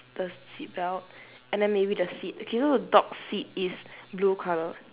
the seat belt and then maybe the seat okay you know the dog seat is blue colour